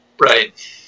Right